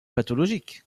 pathologique